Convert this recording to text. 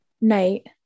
night